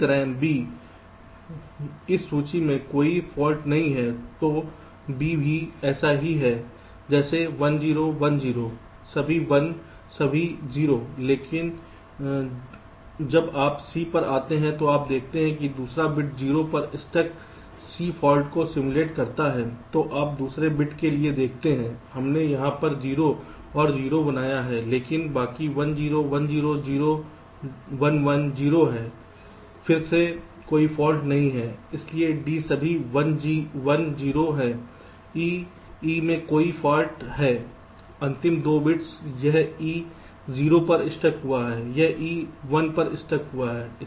इसी तरह b इस सूची में कोई फाल्ट नहीं है तो b भी ऐसा ही है जैसे कि 1 0 1 0 सभी 1 सभी 0 लेकिन जब आप c पर आते हैं तो आप देखते हैं कि दूसरा बिट 0 पर स्टक सी फाल्ट को सिमुलेट करता है तो आप दूसरे बिट के लिए देखते हैं हमने यह यह 0 और 0 बनाया है लेकिन बाकी 1 0 1 0 0 1 1 0 हैं फिर से कोई फाल्ट नहीं है इसलिए d सभी 1 0 है e e में दोनों फाल्ट हैं अंतिम 2 बिट्स यह e 0 पर स्टक हुआ है यह e 1 पर स्टक हुआ है